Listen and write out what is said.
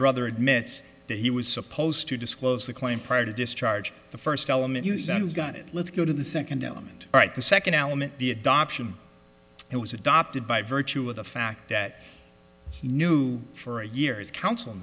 brother admits that he was supposed to disclose the claim prior to discharge the first element is that he's got it let's go to the second element right the second element the adoption and was adopted by virtue of the fact that he knew for years counsel